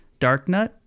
Darknut